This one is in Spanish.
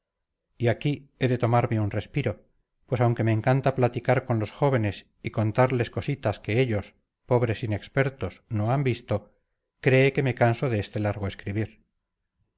y aquí he de tomarme un respiro pues aunque me encanta platicar con los jóvenes y contarles cositas que ellos pobres inexpertos no han visto cree que me canso de este largo escribir